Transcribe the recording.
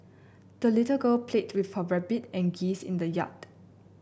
the little girl played with her rabbit and geese in the yard